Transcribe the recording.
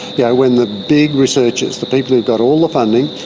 yeah when the big researchers, the people who've got all the funding,